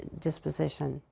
disposition.